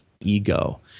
ego